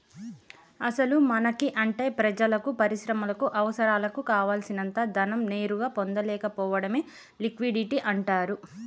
అసలు మనకి అంటే ప్రజలకు పరిశ్రమలకు అవసరాలకు కావాల్సినంత ధనం నేరుగా పొందలేకపోవడమే లిక్విడిటీ అంటారు